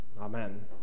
Amen